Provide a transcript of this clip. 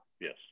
Yes